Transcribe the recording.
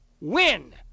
win